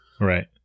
Right